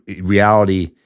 reality